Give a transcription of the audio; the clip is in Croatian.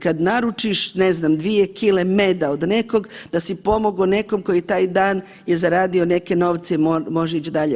Kad naručiš ne znam 2 kg meda od nekog da si pomogao nekom koji taj dan je zaradio neke novce i može ići dalje.